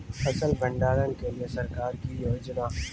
फसल भंडारण के लिए सरकार की योजना?